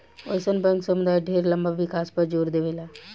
अइसन बैंक समुदाय ढेर लंबा विकास पर जोर देवेला